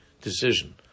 decision